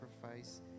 sacrifice